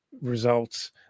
results